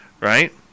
right